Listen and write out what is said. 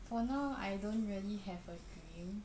for now I don't really have a dream